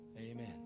amen